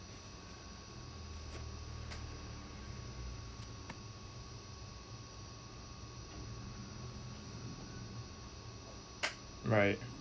right